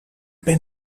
ben